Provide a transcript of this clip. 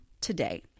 today